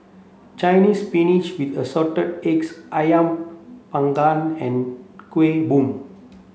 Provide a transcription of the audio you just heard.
Chinese spinach with assorted eggs Ayam panggang and Kueh Bom